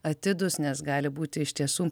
atidūs nes gali būti iš tiesų